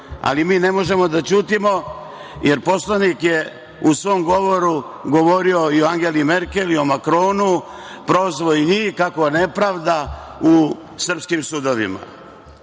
ali mi ne možemo da ćutimo, jer poslanik je u svom govoru govorio i o Angeli Merkel i o Makronu, prozvao je i njih, kako je nepravda u srpskim sudovima. Tražim